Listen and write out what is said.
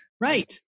Right